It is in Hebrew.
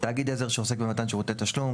תאגיד עזר שעוסק במתן שירותי תשלום,